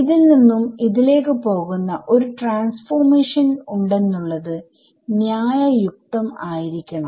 ഇതിൽ നിന്നും ഇതിലേക്ക് പോകുന്ന ഒരു ട്രാൻസ്ഫോർമേഷൻ ഉണ്ടെന്നുള്ളത് ന്യായയുക്തം ആയിരിക്കണം